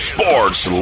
Sports